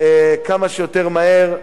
כמה שיותר מהר.